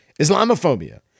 Islamophobia